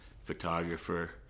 photographer